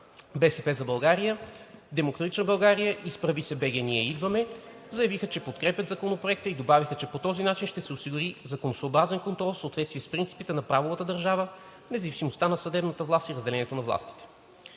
„БСП за България“, „Демократична България“ и „Изправи се БГ! Ние идваме!“ заявиха, че подкрепят Законопроекта и добавиха, че по този начин ще се осигури законосъобразен контрол в съответствие с принципите на правовата държава, независимостта на съдебната власт и разделението на властите.